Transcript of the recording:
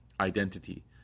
identity